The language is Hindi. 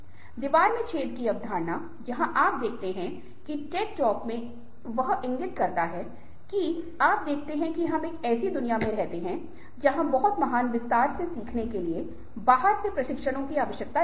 दीवार में छेद की अवधारणा जहां आप देखते हैं कि टेड टॉक में वह इंगित करता है कि आप देखते हैं कि हम एक ऐसी दुनिया में रहते हैं जहां बहुत महान विस्तार से सीखने के लिए बाहर से प्रशिक्षकों की आवश्यकता नहीं है